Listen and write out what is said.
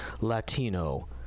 Latino